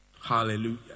Hallelujah